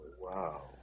Wow